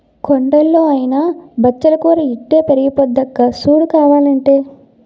కొండల్లో అయినా బచ్చలి కూర ఇట్టే పెరిగిపోద్దక్కా సూడు కావాలంటే